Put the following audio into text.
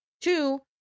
Two